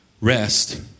rest